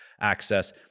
access